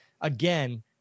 again